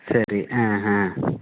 சரி ஆ ஆ